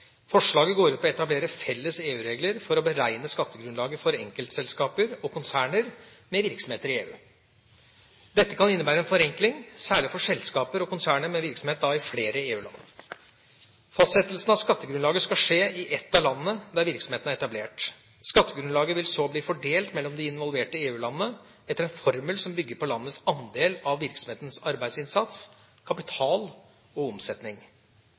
Forslaget går ut på å etablere felles EU-regler for å beregne skattegrunnlaget for enkeltselskaper og konserner med virksomhet i EU. Dette kan innebære en forenkling, særlig for selskaper og konserner med virksomhet i flere EU-land. Fastsettelsen av skattegrunnlaget skal skje i et av landene der virksomheten er etablert. Skattegrunnlaget vil så bli fordelt mellom de involverte EU-landene etter en formel som bygger på landenes andel av virksomhetens arbeidsinnsats, kapital og omsetning.